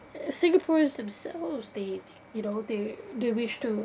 as singaporeans themselves they you know they they wish to